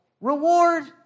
reward